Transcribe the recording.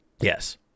Yes